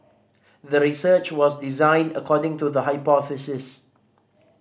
the research was designed according to the hypothesis